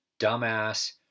dumbass